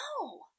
No